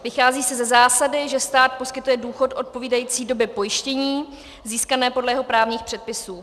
Vychází se ze zásady, že stát poskytuje důchod odpovídající době pojištění získané podle jeho právních předpisů.